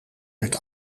werd